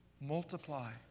multiply